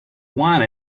want